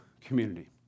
community